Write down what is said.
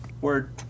Word